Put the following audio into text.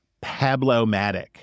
Pablo-matic